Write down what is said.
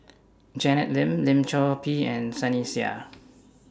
Janet Lim Lim Chor Pee and Sunny Sia